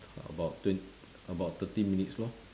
about twen~ about thirty minutes lor